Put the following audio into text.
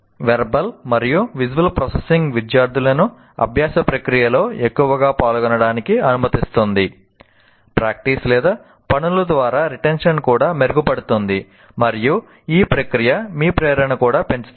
verbal కూడా మెరుగుపడుతుంది మరియు ఈ ప్రక్రియ మీ ప్రేరణను కూడా పెంచుతుంది